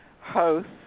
host